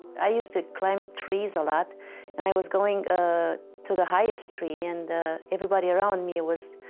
i used to climb trees a lot and i was going to the highest tree and everybody around me was,